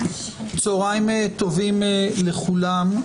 צוהריים טובים לכולם,